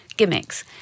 gimmicks